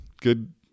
Good